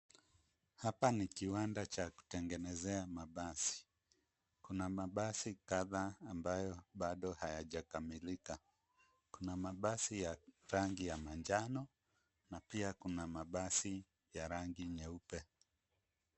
Hapa ni kiwanda cha kutengenezea mabasi ,kuna mabasi kadhaa ambayo bado hayajakamilika ,kuna mabasi ya rangi ya manjano na pia kuna mabasi ya rangi nyeupe.